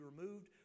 removed